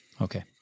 Okay